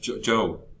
Joe